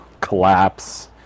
collapse